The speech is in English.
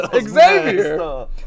Xavier